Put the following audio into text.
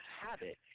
habit